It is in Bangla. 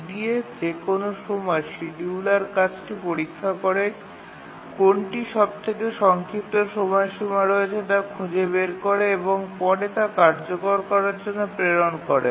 EDF এ যেকোন সময় শিডিয়ুলার কাজটি পরীক্ষা করে কোনটি সবচেয়ে সংক্ষিপ্ত সময়সীমা রয়েছে তা খুঁজে বের করে এবং পরে তা কার্যকর করার জন্য প্রেরণ করে